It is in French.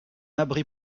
abri